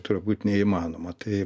turbūt neįmanoma tai